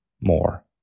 more